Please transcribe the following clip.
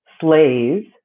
slaves